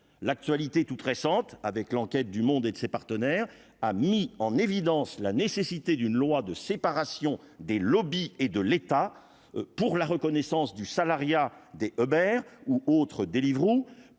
l'actualité toute récente avec l'enquête du Monde et de ses partenaires, a mis en évidence la nécessité d'une loi de séparation des lobbies et de l'État pour la reconnaissance du salariat D'Aubert ou autres Deliveroo